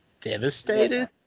devastated